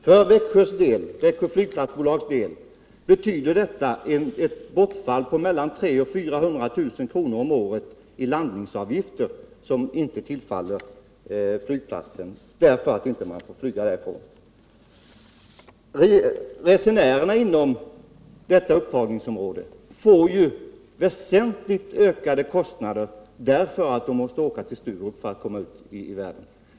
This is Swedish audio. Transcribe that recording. För Växjö Flygplats AB betyder detta ett bortfall på mellan 300 000 och 400 000 kr. om året i landningsavgifter, vilka inte tillfaller flygplatsen, eftersom man inte får flyga därifrån. Resenärerna inom detta upptagningsområde får väsentligt ökade kostnader, därför att de måste åka till Sturup för att komma ut i världen.